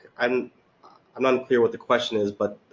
i'm i'm not clear what the question is but